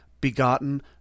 begotten